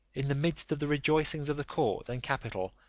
in the midst of the rejoicings of the court and capital,